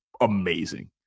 Amazing